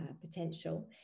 potential